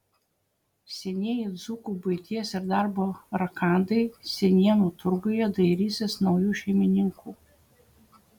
senieji dzūkų buities ir darbo rakandai senienų turguje dairysis naujų šeimininkų